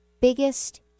biggest